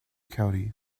county